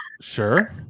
Sure